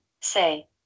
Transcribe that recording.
say